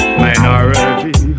minority